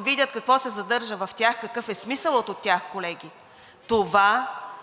видят какво се съдържа в тях, какъв е смисълът от тях, колеги? Това